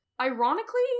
Ironically